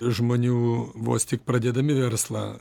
žmonių vos tik pradėdami verslą